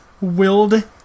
willed